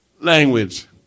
language